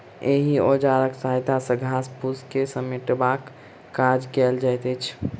एहि औजारक सहायता सॅ घास फूस के समेटबाक काज कयल जाइत अछि